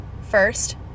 first